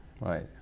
Right